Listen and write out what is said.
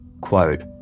Quote